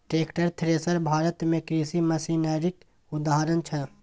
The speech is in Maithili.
टैक्टर, थ्रेसर भारत मे कृषि मशीनरीक उदाहरण छै